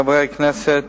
תודה רבה, חברי הכנסת,